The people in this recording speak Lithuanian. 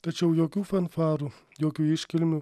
tačiau jokių fanfarų jokių iškilmių